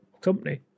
company